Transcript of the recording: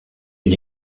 une